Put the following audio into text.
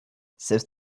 selbst